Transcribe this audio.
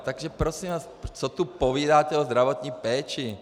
Takže prosím vás, co tu povídáte o zdravotní péči?